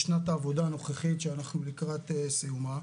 בשנת העבודה הנוכחית שאנחנו לקראת סיומה,